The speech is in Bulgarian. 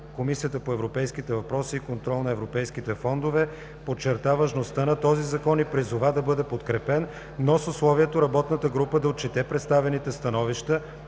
Комисията по европейските въпроси и контрол на европейските фондове подчерта важността на този Закон и призова да бъде подкрепен, но с условието работната група да отчете представените становища